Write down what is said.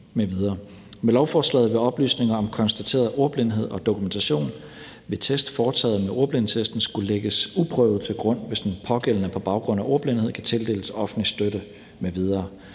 Med lovforslaget vil oplysninger om konstateret ordblindhed og dokumentation ved test foretaget med ordblindetesten skulle lægges uprøvet til grund, hvis den pågældende på baggrund af ordblindhed kan tildeles offentlige støtte